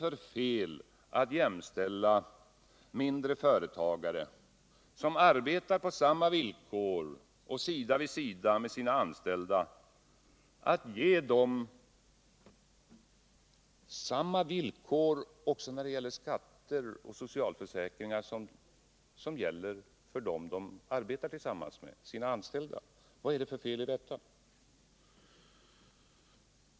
De mindre företagarna arbetar oftast sida vid sida med sina anställda och på samma villkor, och jag vill därför fråga: Vad är det för fel i att jämställa mindre företagare med deras anställda också när det gäller skatter och socialförsäkringar? Vad är det för fel i detta?